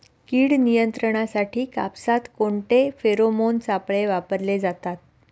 कीड नियंत्रणासाठी कापसात कोणते फेरोमोन सापळे वापरले जातात?